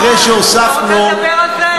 אחרי שהוספנו, שירותים בריאותיים לניצולי השואה.